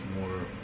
more